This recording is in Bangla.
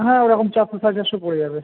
হ্যাঁ ওরকম চারশো সাড়ে চারশো পড়ে যাবে